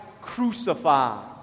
crucified